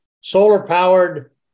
solar-powered